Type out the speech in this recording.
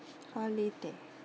holiday